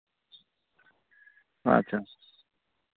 ᱟᱪᱪᱷᱟ